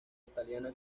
italiana